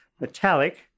metallic